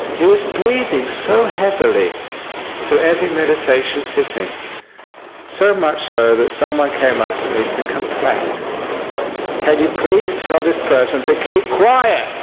he was breathing so heavily through so every meditation sitting so much so that someone came up to me to complain can you please tell this person to keep quiet.